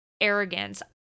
arrogance